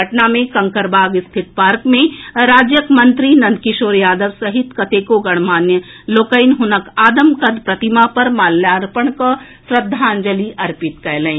पटना मे कंकड़बाग स्थित पार्क मे राज्यक मंत्री नंद किशोर यादव सहित कतेको गणमान्य लोकनिक हुनक आदमकद प्रतिमा पर माल्यार्पंण कऽ श्रद्धांजलि अर्पित कएलनि